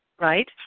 right